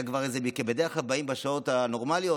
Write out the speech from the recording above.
בדרך כלל באים בשעות הנורמליות.